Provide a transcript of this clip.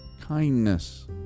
kindness